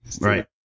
Right